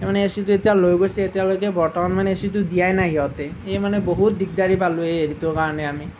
মানে এচিটো এতিয়া লৈ গৈছে এতিয়ালৈকে বৰ্তমান মানে এচিটো দিয়া নাই সিহঁতে এই মানে বহুত দিগদাৰী পালোঁ এই হেৰিটোৰ কাৰণে আমি